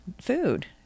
food